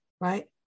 Right